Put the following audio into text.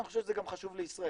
ואני חושב שזה גם חשוב לישראל,